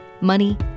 money